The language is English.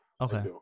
Okay